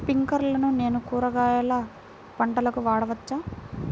స్ప్రింక్లర్లను నేను కూరగాయల పంటలకు వాడవచ్చా?